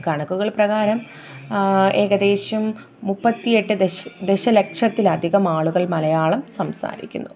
കണക്കുകള് പ്രകാരം ഏകദേശം മുപ്പത്തിയെട്ട് ദശം ദശലക്ഷത്തിലധികം ആളുകള് മലയാളം സംസാരിക്കുന്നു